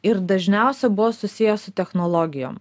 ir dažniausia buvo susiję su technologijom